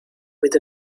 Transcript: with